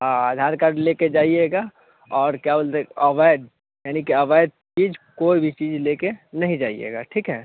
हाँ आधार कार्ड लेकर जाइएगा और क्या बोलते हैं अवैध यानि कि अवैध चीज़ कोई भी चीज़ लेकर नहीं जाइएगा ठीक है